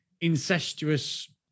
incestuous